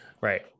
right